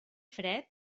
fred